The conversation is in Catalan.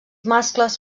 mascles